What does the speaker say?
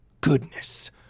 goodness